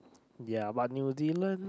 ya but New-Zealand